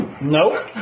Nope